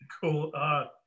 Cool